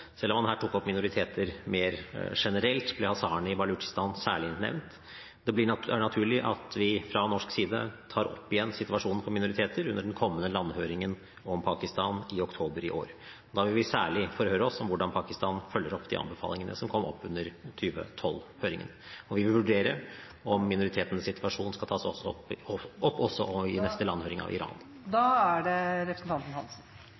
Selv om man her tok opp minoriteter mer generelt, ble hazaraene i Balutsjistan særlig nevnt. Det er naturlig at vi fra norsk side tar opp igjen situasjonen for minoriteter under den kommende landhøringen av Pakistan i oktober i år. Da vil vi særlig forhøre oss om hvordan Pakistan følger opp de anbefalingene som kom opp under 2012-høringen. Vi vil vurdere om minoritetenes situasjon også skal tas opp